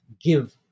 give